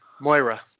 Moira